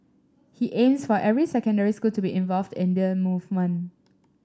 he aims for every secondary school to be involved in the movement